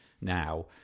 now